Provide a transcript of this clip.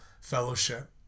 fellowship